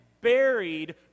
buried